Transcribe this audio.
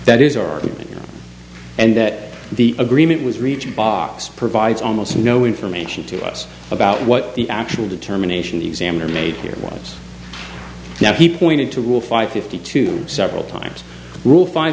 that is our and that the agreement was reached box provides almost no information to us about what the actual determination the examiner made here was now he pointed to rule five fifty two several times rule five